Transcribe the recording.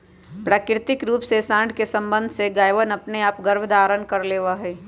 प्राकृतिक रूप से साँड के सबंध से गायवनअपने आप गर्भधारण कर लेवा हई